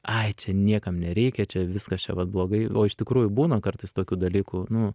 ai čia niekam nereikia čia viskas čia va blogai o iš tikrųjų būna kartais tokių dalykų nu